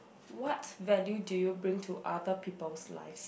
what value do you bring to other people's lives